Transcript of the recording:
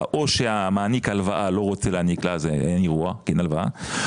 או שמעניק ההלוואה לא רוצה להעניק לה ואז אין אירוע כי אין הלוואה,